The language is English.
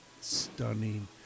stunning